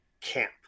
camp